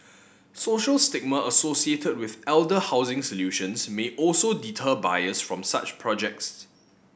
social stigma associated with elder housing solutions may also deter buyers from such projects